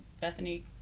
Bethany